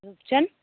रुपचन